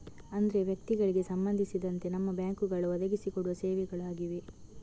ಅಂದ್ರೆ ವ್ಯಕ್ತಿಗಳಿಗೆ ಸಂಬಂಧಿಸಿದಂತೆ ನಮ್ಮ ಬ್ಯಾಂಕುಗಳು ಒದಗಿಸಿ ಕೊಡುವ ಸೇವೆಗಳು ಆಗಿವೆ